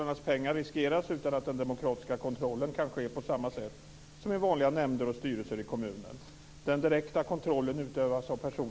Tack!